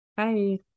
Hi